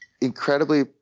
incredibly